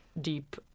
deep